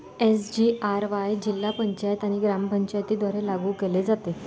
SGRY जिल्हा पंचायत आणि ग्रामपंचायतींद्वारे लागू केले जाते